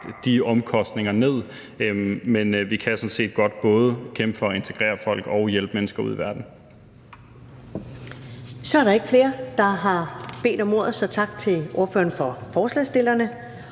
de omkostninger ned. Men vi kan sådan set godt både kæmpe for at integrere folk og hjælpe mennesker ude i verden. Kl. 18:11 Første næstformand (Karen Ellemann): Der er ikke flere, der har bedt om ordet, så tak til ordføreren for forslagsstillerne.